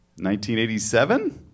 1987